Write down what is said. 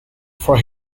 for